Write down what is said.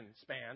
span